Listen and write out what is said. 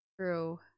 True